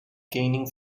gaining